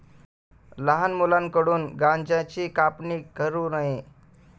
लहान मुलांकडून गांज्याची कापणी करू नये